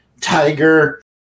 Tiger